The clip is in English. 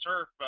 turf